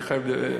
מי אחראי לזה?